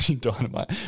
dynamite